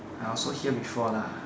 I also hear before lah